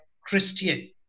Christian